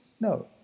No